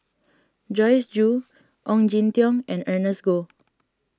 Joyce Jue Ong Jin Teong and Ernest Goh